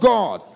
God